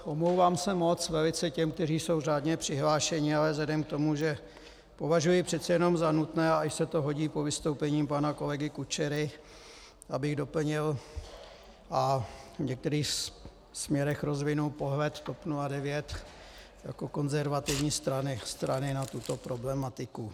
Omlouvám se moc velice těm, kteří jsou řádně přihlášeni, ale vzhledem k tomu, že považuji přece jenom za nutné i se to hodí po vystoupení pana kolegy Kučery , abych doplnil a v některých směrech rozvinul pohled TOP 09 jako konzervativní strany na tuto problematiku.